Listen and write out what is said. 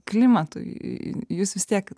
klimatui jūs vis tiek